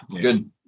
good